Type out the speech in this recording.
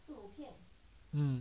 mm